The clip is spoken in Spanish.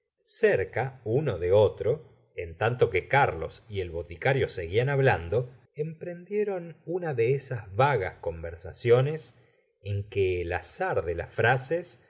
cerca uno de otro en tanto que carlos y el boticario seguían hablando emprendieron una de esas vagas conversaciones en que el azar de las frases